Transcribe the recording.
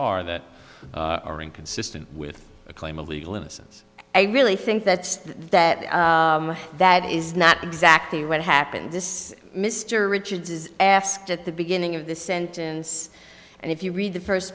r that are inconsistent with a claim of legal innocence i really think that that that is not exactly what happened this mr richards is asked at the beginning of the sentence and if you read the first